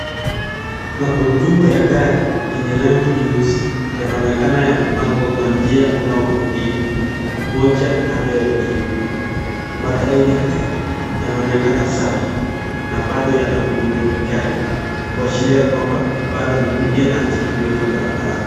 Magurudumu ya gari yenye rangi nyeusi yanaonekana yamepangwa kwa njia unayovutia, moja kando ya ingine. Matairi haya yanaonekana safi na bado yana miundo mikali, kuashiria kwamba bado ni mpya na haijatumika barabarani.